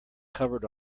covered